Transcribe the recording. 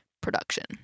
production